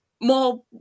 More